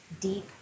deep